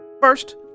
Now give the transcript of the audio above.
First